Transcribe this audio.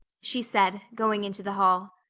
she said, going into the hall.